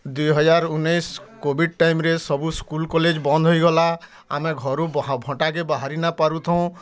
ଦୁଇହଜାର ଉନେଇଶ୍ କୋଭିଡ଼୍ ଟାଇମ୍ରେ ସବୁ ସ୍କୁଲ୍ କଲେଜ୍ ବନ୍ଦ ହେଇଗଲା ଆମେ ଘରୁ ଘଣ୍ଟାକେ ବାହାରି ନାଇଁ ପାରୁଥାଉ